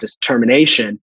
determination